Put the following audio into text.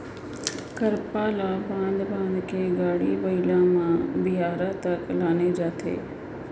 करपा ल बांध बांध के गाड़ी बइला म बियारा तक लाने जाथे